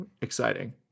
exciting